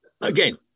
again